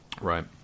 Right